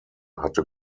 hatte